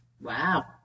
Wow